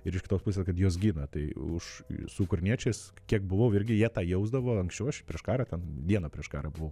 ir tos pusės kad juos gina tai už su ukrainiečiais kiek buvau irgi jie tą jausdavo anksčiau aš ir prieš karą ten dieną prieš karą buvau